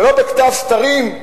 ולא בכתב סתרים,